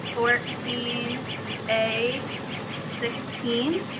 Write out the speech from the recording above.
fourteen a sixteen.